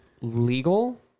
legal